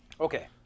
Okay